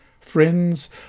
Friends